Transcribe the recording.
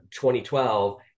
2012